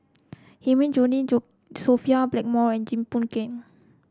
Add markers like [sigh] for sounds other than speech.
Hilmi [unintelligible] Sophia Blackmore and Jim Boon Keng